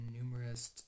numerous